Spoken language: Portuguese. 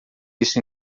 isso